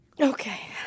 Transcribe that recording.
Okay